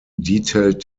detailed